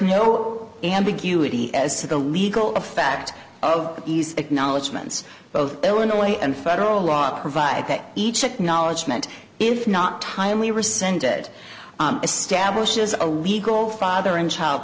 no ambiguity as to the legal effect of ease acknowledgements both illinois and federal law provide that each acknowledgment if not timely rescinded establishes a legal father and child